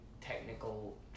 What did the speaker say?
technical